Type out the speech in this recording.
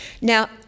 Now